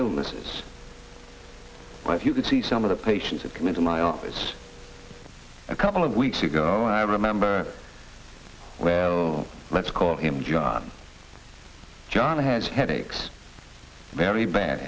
illnesses why if you could see some of the patients that come into my office a couple of weeks ago i remember well let's call him john john has headaches very bad